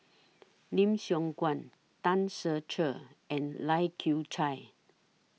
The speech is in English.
Lim Siong Guan Tan Ser Cher and Lai Kew Chai